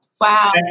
Wow